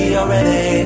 already